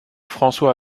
françois